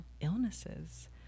illnesses